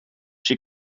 she